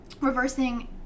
reversing